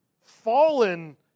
fallen